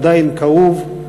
עדיין כאוב,